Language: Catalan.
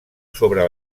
sobre